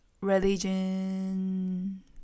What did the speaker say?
religion